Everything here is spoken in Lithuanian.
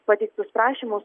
pateiktus prašymus